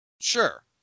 Sure